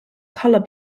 color